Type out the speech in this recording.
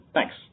Thanks